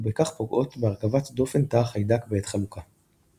ובכך פוגעות בהרכבת דופן תא החיידק בעת חלוקה.